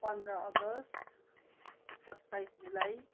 पन्ध्र अगस्ट सत्ताइस जुलाई